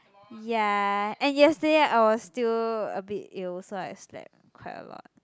ya and yesterday I was still a bit ill so I slept quite a lot